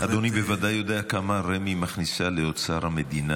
אדוני יודע ודאי כמה רמ"י מכניסה לאוצר המדינה.